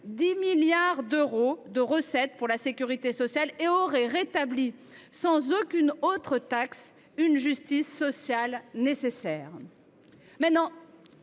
10 milliards d’euros de recettes pour la sécurité sociale et aurait rétabli, sans aucune autre taxe, une justice sociale nécessaire.